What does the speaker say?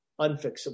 unfixable